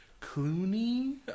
Clooney